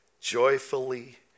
joyfully